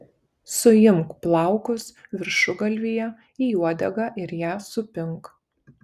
suimk plaukus viršugalvyje į uodegą ir ją supink